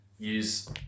Use